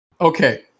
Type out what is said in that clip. Okay